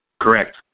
Correct